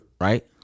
right